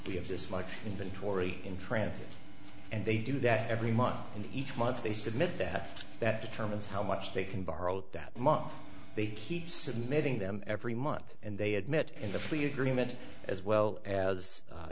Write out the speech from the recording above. we have just like inventory in france and they do that every month and each month they submit that that determines how much they can borrow at that month they he submitting them every month and they admit in the plea agreement as well as